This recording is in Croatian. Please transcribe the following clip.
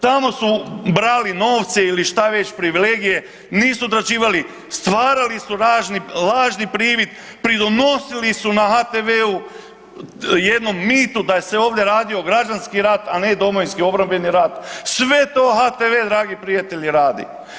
Tamo su brali novce ili šta već, privilegije, nisu odrađivali, stvarali su lažni privid, pridonosili su na HTV-u jednom mitu da je se ovdje radio gradio građanski rat, a ne domovinski obrambeni rat, sve to HTV dragi prijatelji radi.